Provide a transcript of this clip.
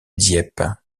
dieppe